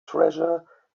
treasure